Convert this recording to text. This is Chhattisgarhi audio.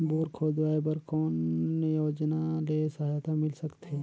बोर खोदवाय बर कौन योजना ले सहायता मिल सकथे?